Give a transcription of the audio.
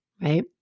right